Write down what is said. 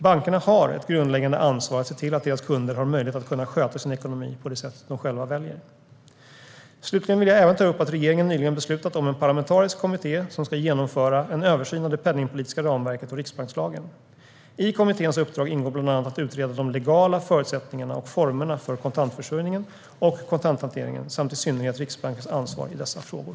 Bankerna har ett grundläggande ansvar att se till att deras kunder har möjlighet att sköta sin ekonomi på det sätt de själva väljer. Slutligen vill jag även ta upp att regeringen nyligen beslutat om en parlamentarisk kommitté som ska genomföra en översyn av det penningpolitiska ramverket och riksbankslagen. I kommitténs uppdrag ingår bland annat att utreda de legala förutsättningarna och formerna för kontantförsörjningen och kontanthanteringen samt i synnerhet Riksbankens ansvar i dessa frågor.